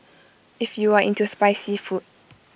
if you are into spicy food